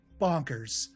bonkers